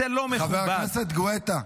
זה לא מכובד, חבר הכנסת גואטה.